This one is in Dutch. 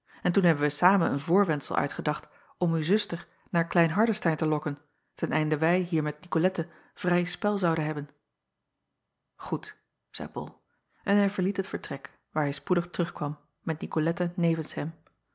en toen hebben wij samen een voorwendsel uitgedacht om uw zuster naar lein ardestein te lokken ten einde wij hier met icolette vrij spel zouden hebben oed zeî ol en hij verliet het vertrek waar hij spoedig terugkwam met icolette nevens hem